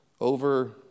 over